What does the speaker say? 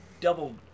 Double